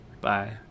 Bye